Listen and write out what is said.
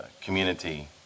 community